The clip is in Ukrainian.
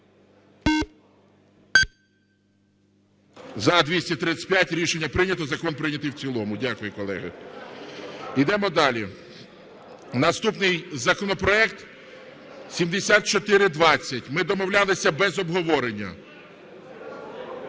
За-235 Рішення прийнято. Закон прийнятий в цілому. Дякую, колеги. Йдемо далі. Наступний законопроект - 7420. Ми домовлялися без обговорення.